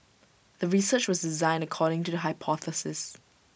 the research was designed according to the hypothesis